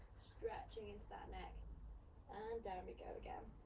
stretching into that neck and down we go again.